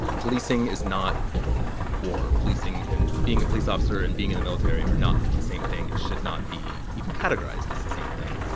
policing is not war policing and being a police officer and being in the military are not the same thing and should not be even categorized as the same thing.